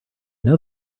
know